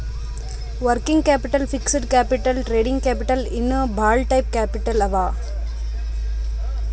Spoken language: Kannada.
working capital, fixed capital, trading capital ಇನ್ನಾ ಭಾಳ ಟೈಪ್ ಕ್ಯಾಪಿಟಲ್ ಅವಾ